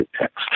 text